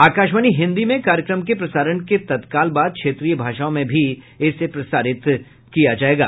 आकाशवाणी हिन्दी में कार्यक्रम के प्रसारण के तत्काल बाद क्षेत्रीय भाषाओं में भी इसे प्रसारित किया जायेगा